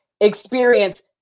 experience